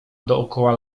dookoła